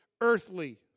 earthly